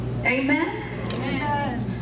amen